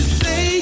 say